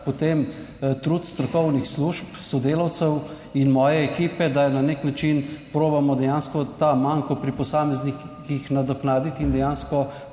potem trud strokovnih služb, sodelavcev in moje ekipe, da na nek način probamo dejansko ta manko pri posameznikih nadoknaditi in dejansko